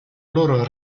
loro